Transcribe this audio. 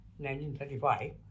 1935